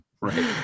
right